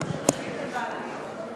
איתן בעננים.